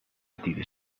دیده